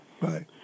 Right